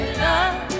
love